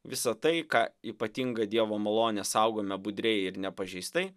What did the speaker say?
visa tai ką ypatinga dievo malone saugome budriai ir nepažeistai